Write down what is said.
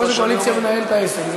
יושב-ראש הקואליציה מנהל את העסק.